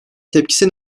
tepkisi